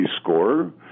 score